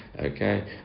okay